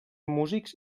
músics